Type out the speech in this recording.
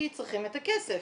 כי צריכים את הכסף.